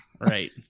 Right